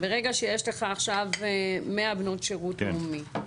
ברגע שיש לך עכשיו מאה בנות שירות לאומי,